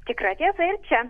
tikra tiesa ir čia